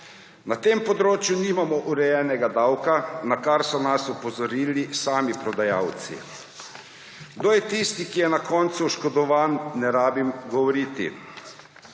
Na tem področju nimamo urejenega davka, na kar so nas opozorili sami prodajalci. Kdo je tisti, ki je na koncu oškodovan, mi ni treba govoriti.